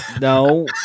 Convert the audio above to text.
no